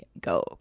go